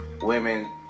women